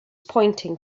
pointing